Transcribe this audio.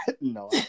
No